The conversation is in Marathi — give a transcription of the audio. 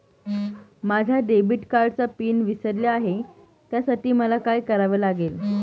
माझ्या डेबिट कार्डचा पिन विसरले आहे त्यासाठी मला काय करावे लागेल?